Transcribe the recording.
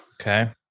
Okay